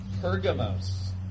Pergamos